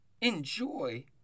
enjoy